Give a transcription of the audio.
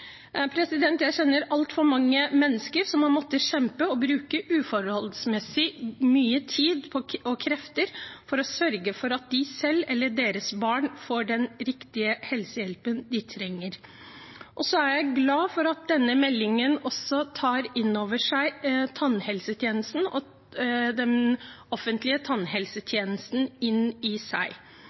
Jeg kjenner altfor mange mennesker som har måttet kjempe og bruke uforholdsmessig mye tid og krefter på å sørge for at de selv eller deres barn får den riktige helsehjelpen, den helsehjelpen de trenger. Jeg er glad for at denne meldingen også tar den offentlige tannhelsetjenesten inn i seg.